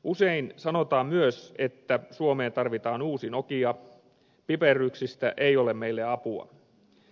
usein sanotaan myös että suomeen tarvitaan uusi nokia piperryksistä ei ole meille apua